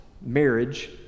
marriage